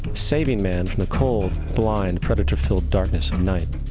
saving man from the cold, blind, predator-filled darkness of night.